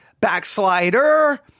backslider